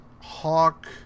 Hawk